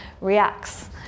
reacts